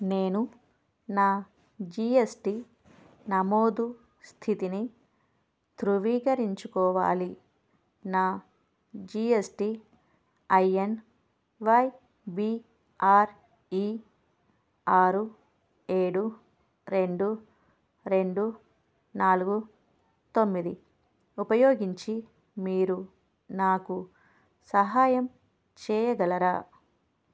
నేను నా G S T నమోదు స్థితిని ధృవీకరించుకోవాలి నా G S T I N Y B R E ఆరు ఏడు రెండు రెండు నాలుగు తొమ్మిది ఉపయోగించి మీరు నాకు సహాయం చేయగలరా